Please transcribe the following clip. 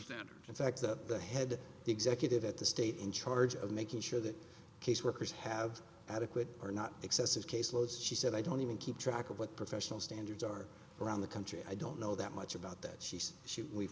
that are in fact that the head executive at the state in charge of making sure that caseworkers have adequate or not excessive caseload she said i don't even keep track of what professional standards are around the country i don't know that much about that she said she we've